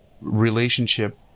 relationship